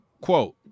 quote